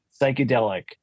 psychedelic